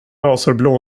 azurblå